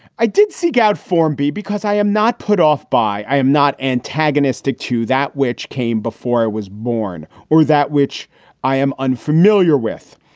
i did seek out formby because i am not put off by. i am not antagonistic to that which came before i was born. or that which i am unfamiliar with.